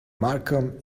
malcolm